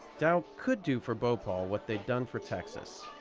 dow could do for bhopal what they'd done for texas.